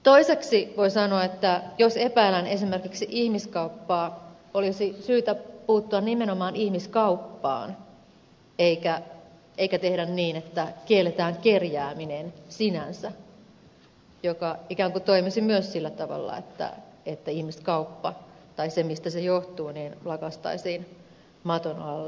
toiseksi voi sanoa että jos epäillään esimerkiksi ihmiskauppaa olisi syytä puuttua nimenomaan ihmiskauppaan eikä tehdä niin että kielletään kerjääminen sinänsä mikä ikään kuin toimisi myös sillä tavalla että ihmiskauppa tai se mistä se johtuu lakaistaisiin maton alle